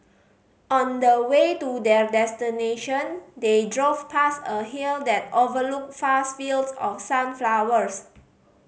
on the way to their destination they drove past a hill that overlooked fast fields of sunflowers